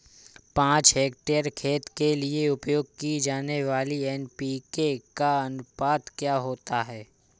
पाँच हेक्टेयर खेत के लिए उपयोग की जाने वाली एन.पी.के का अनुपात क्या होता है?